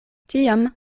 tiam